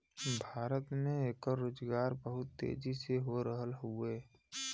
भारत में एकर रोजगार बहुत तेजी हो रहल हउवे